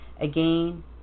Again